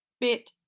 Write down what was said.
bit